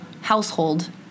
household